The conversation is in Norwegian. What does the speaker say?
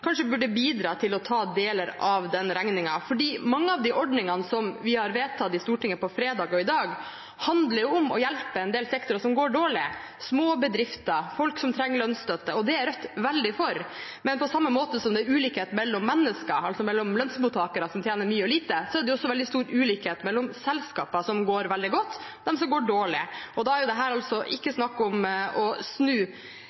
kanskje burde bidra til å ta deler av denne regningen. Mange av de ordningene som vi har vedtatt og vedtar i Stortinget på fredag og i dag, handler om å hjelpe en del sektorer som går dårlig, småbedrifter, folk som trenger lønnsstøtte, og det er Rødt veldig for. Men på samme måte som det er ulikhet mellom mennesker, altså mellom lønnsmottakere som tjener mye og lite, er det også veldig stor ulikhet mellom selskaper som går veldig godt, og de som går dårlig. Da er dette altså ikke